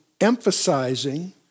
emphasizing